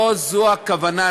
לא זו הכוונה.